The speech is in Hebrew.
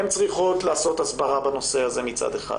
הן צריכות לעשות הסברה בנושא הזה מצד אחד.